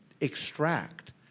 extract